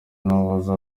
n’uwahoze